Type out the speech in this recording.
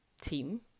team